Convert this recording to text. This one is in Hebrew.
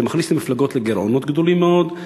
זה מכניס את המפלגות לגירעונות גדולים מאוד,